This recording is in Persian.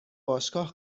باشگاه